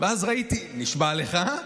נשבע לך.